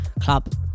club